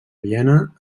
viena